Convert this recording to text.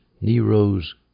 Nero's